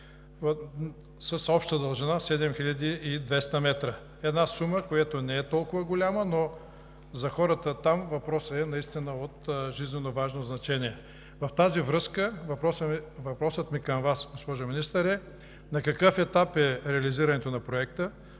с обща дължина 7200 метра. Сума, която не е толкова голяма, но за хората там въпросът е от жизненоважно значение. В тази връзка въпросът ни към Вас, госпожо Министър, е: на какъв етап е реализирането на проекта;